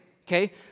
okay